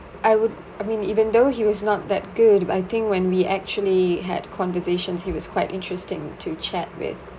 I would I mean even though he was not that good but I think when we actually had conversations he was quite interesting to chat with